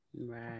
Right